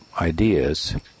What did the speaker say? ideas